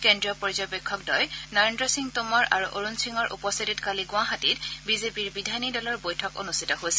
কেন্দ্ৰীয় পৰ্যবেক্ষকদ্বয় নৰেন্দ্ৰ সিং টোমৰ আৰু অৰুণ সিঙৰ উপস্থিতিত কালি গুৱাহাটীত বিজেপিৰ বিধায়িনী দলৰ বৈঠক অনুষ্ঠিত হৈছিল